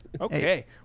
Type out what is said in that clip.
Okay